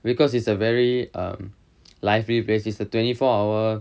because it's a very um lively place it's a twenty four hour